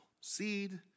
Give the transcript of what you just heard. Seed